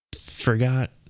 forgot